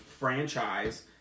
franchise